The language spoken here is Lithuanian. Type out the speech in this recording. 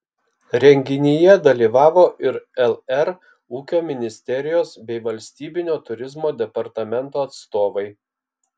renginyje dalyvavo ir lr ūkio ministerijos bei valstybinio turizmo departamento atstovai